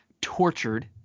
tortured